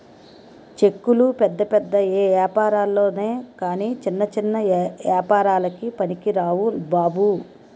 చెక్కులు పెద్ద పెద్ద ఏపారాల్లొనె కాని చిన్న చిన్న ఏపారాలకి పనికిరావు బాబు